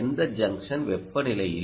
எந்த ஜங்ஷன் வெப்பநிலையில்